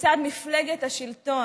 מצד מפלגת השלטון,